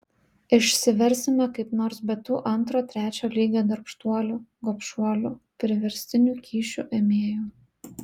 išsiversime kaip nors be tų antro trečio lygio darbštuolių gobšuolių priverstinių kyšių ėmėjų